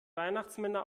weihnachtsmänner